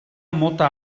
mota